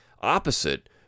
opposite